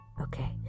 okay